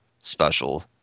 special